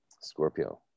scorpio